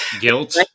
guilt